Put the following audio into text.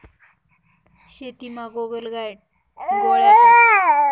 शेतीमा गोगलगाय गोळ्या टाक्यात का गोगलगाय नियंत्रणमा येस